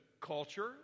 culture